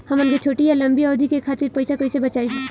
हमन के छोटी या लंबी अवधि के खातिर पैसा कैसे बचाइब?